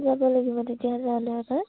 যাব লাগিব তেতিয়া তাত